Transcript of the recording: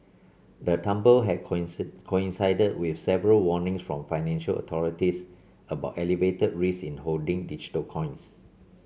the tumble had coincided with several warnings from financial authorities about elevated risk in holding digital coins